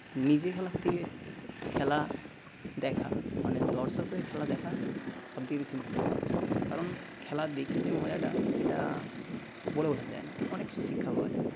নিজে খেলার থেকে খেলা দেখা মানে দর্শক হয়ে খেলা দেখা সবথেকে বেশি মজার কারণ খেলা দেখে যে মজাটা সেটা বলে বোঝানো যায় না অনেক কিছু শিক্ষা পাওয়া যায়